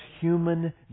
human